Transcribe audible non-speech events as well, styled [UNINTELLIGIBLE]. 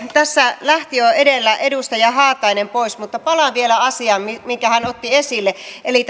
tässä lähti jo edellä edustaja haatainen pois mutta palaan vielä asiaan minkä hän otti esille eli [UNINTELLIGIBLE]